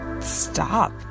stop